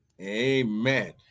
Amen